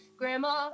grandma